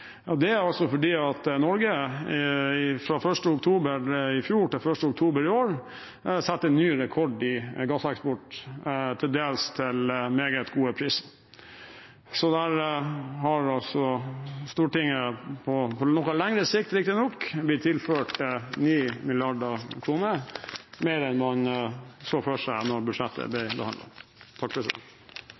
og det er fordi Norge fra 1. oktober i fjor til 1. oktober i år satte ny rekord i gasseksport til til dels meget gode priser. Der har altså Stortinget, på noe lengre sikt riktignok, blitt tilført 9 mrd. kr mer enn man så for seg da budsjettet ble